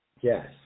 Yes